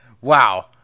wow